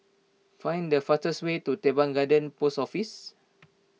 find the fastest way to Teban Garden Post Office